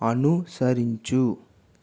అనుసరించు